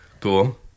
cool